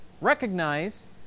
recognize